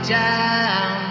down